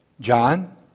John